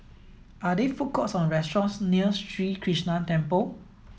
are there food courts or restaurants near Sri Krishnan Temple